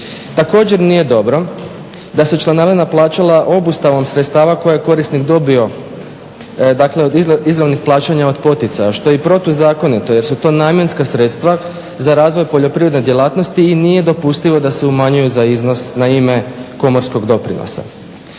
Također nije dobro da se članarina plaćala obustavom sredstava koja je korisnik dobio od izravnih plaćanja od poticaja što je protuzakonito jer su to namjenska sredstva za razvoj poljoprivredne djelatnosti i nije dopustivo da se umanjuju za iznos na ime komorskog doprinosa.